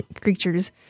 creatures